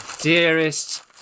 dearest